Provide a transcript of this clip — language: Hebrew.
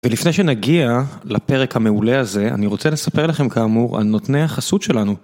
ולפני שנגיע לפרק המעולה הזה, אני רוצה לספר לכם כאמור על נותני החסות שלנו.